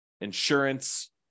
insurance